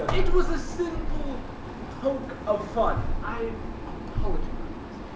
it was a simple poke of fun i apologize